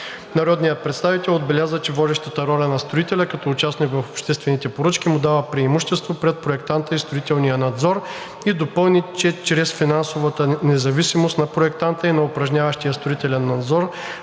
Народният представител отбеляза, че водещата роля на строителя като участник в обществени поръчки му дава преимущество пред проектанта и строителния надзор, и допълни, че чрез финансовата независимост на проектанта и на упражняващия строителен надзор